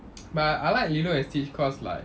but I like lilo and stitch cause like